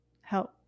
Help